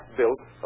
built